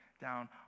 down